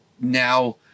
now